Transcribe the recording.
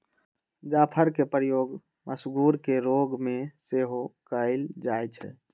जाफरके प्रयोग मसगुर के रोग में सेहो कयल जाइ छइ